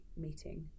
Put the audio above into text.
meeting